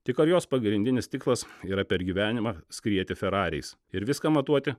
tik ar jos pagrindinis tikslas yra per gyvenimą skrieti ferariais ir viską matuoti